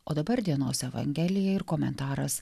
o dabar dienos evangelija ir komentaras